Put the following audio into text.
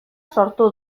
sortu